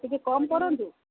ଟିକେ କମ୍ କରନ୍ତୁ